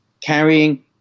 carrying